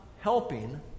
helping